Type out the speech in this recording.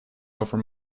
over